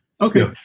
Okay